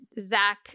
Zach